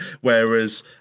whereas